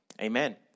Amen